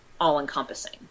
all-encompassing